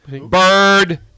Bird